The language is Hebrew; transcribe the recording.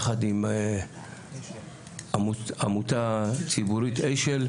יחד עם עמותה ציבורית 'אשל',